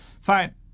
fine